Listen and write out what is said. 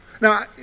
Now